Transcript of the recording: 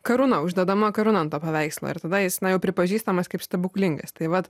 karūna uždedama karūna ant to paveikslo ir tada jis na jau pripažįstamas kaip stebuklingas tai vat